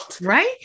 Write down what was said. right